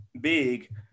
Big